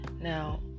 Now